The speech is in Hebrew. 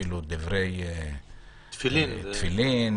תפילין,